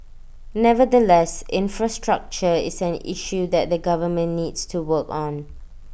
nevertheless infrastructure is an issue that the government needs to work on